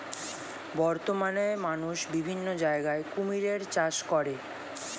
বর্তমানে মানুষ বিভিন্ন জায়গায় কুমিরের চাষ করে